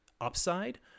upside